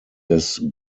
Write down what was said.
des